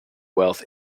wealth